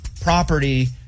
property